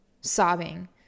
sobbing